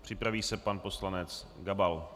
Připraví se pan poslanec Gabal.